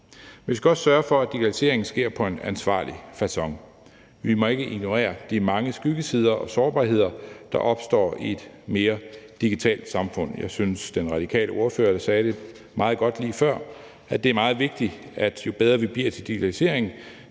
vi skal også sørge for, at digitaliseringen sker på en ansvarlig facon. Vi må ikke ignorere de mange skyggesider og sårbarheder, der opstår i et mere digitalt samfund. Jeg synes, den radikale ordfører sagde det meget godt lige før, nemlig at det er meget vigtigt, at jo bedre vi bliver til digitalisering,